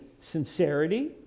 sincerity